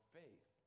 faith